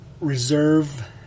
reserve